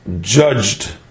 judged